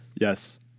Yes